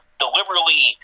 deliberately